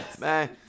Man